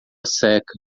seca